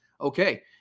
Okay